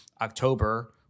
October